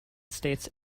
states